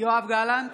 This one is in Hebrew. יואב גלנט,